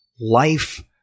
life